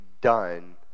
done